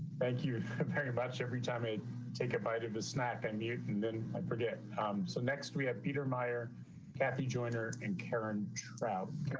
thank you very much. every time i take a bite of the snap and mute and then i forget. so next we have peter meyer kathy joyner and karen route.